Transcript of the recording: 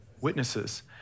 Witnesses